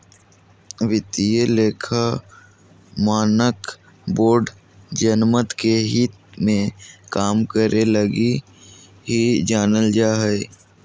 वित्तीय लेखा मानक बोर्ड जनमत के हित मे काम करे लगी ही जानल जा हय